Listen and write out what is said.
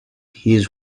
his